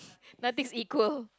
nothing's equal